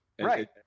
right